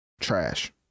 trash